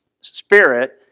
spirit